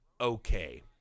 okay